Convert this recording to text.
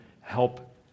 help